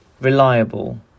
reliable